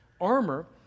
armor